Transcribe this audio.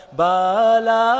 bala